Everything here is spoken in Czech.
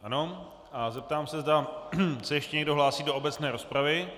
Ano a zeptám se, zda se ještě někdo hlásí do obecné rozpravy.